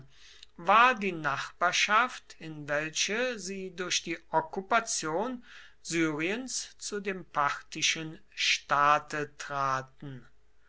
war die nachbarschaft in welche sie durch die okkupation syriens zu dem parthischen staate traten